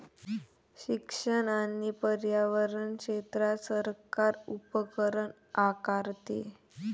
शिक्षण आणि पर्यावरण क्षेत्रात सरकार उपकर आकारते